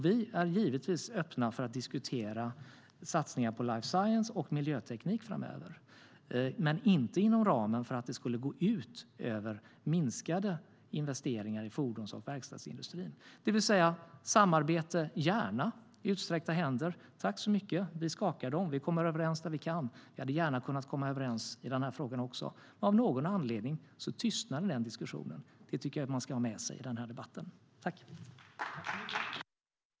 Vi är givetvis öppna för att diskutera satsningar på life science och miljöteknik framöver men inte inom ramen för att det ska gå ut över minskade investeringar i fordons och verkstadsindustrin. (Beslut skulle fattas den 17 december.